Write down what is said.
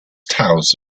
tells